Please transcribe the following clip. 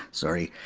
sorry.